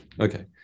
Okay